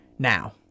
now